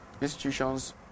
Institutions